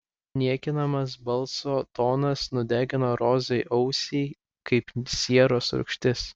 niekinamas balso tonas nudegino rozai ausį kaip sieros rūgštis